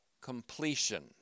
completion